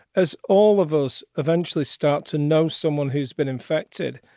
as all of us eventually start to know someone who's been infected,